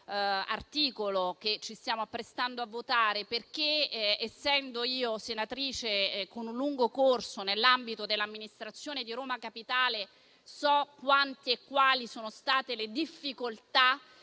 l'articolo che ci stiamo apprestando a votare. Come senatrice con un lungo corso nell'ambito dell'amministrazione di Roma Capitale, so quante e quali sono state le difficoltà